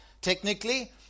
Technically